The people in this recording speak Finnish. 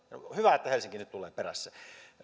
hyvä että helsinki nyt tulee perässä